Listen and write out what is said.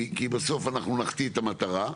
כי בסוף אנחנו נחטיא את המטרה.